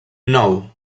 nou